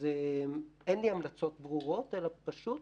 אז אין לי המלצות ברורות, אלא פשוט